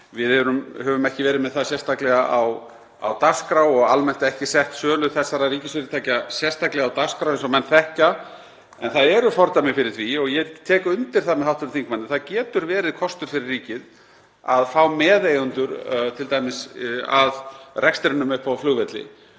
Við höfum ekki verið með það sérstaklega á dagskrá og almennt ekki sett sölu þessara ríkisfyrirtækja sérstaklega á dagskrá, eins og menn þekkja, en það eru fordæmi fyrir því. Ég tek undir með hv. þingmanni að það getur verið kostur fyrir ríkið að fá meðeigendur, t.d. að rekstrinum uppi á flugvelli.